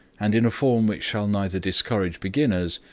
and in a form which shall neither discourage beginners,